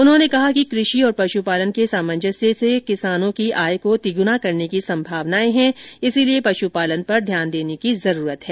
उन्होंने कहा कि कृषि और पशुपालन के सामंजस्य से किसानों की आय को तिगुना करने की संभावनाएं हैं इसलिए पशुपालन पर ध्यान देने की जरूरत है